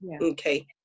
Okay